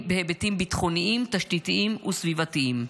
בהיבטים ביטחוניים, תשתיתיים וסביבתיים.